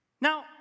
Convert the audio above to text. Now